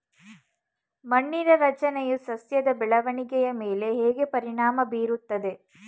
ಮಣ್ಣಿನ ರಚನೆಯು ಸಸ್ಯದ ಬೆಳವಣಿಗೆಯ ಮೇಲೆ ಹೇಗೆ ಪರಿಣಾಮ ಬೀರುತ್ತದೆ?